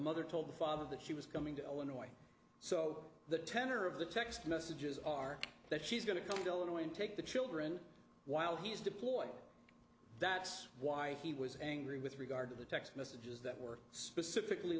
mother told the father that she was coming to illinois so the tenor of the text messages are that she's going to come dylan away and take the children while he's deployed that's why he was angry with regard to the text messages that were specifically